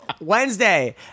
Wednesday